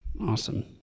Awesome